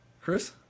Chris